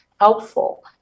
helpful